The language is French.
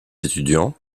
étudiants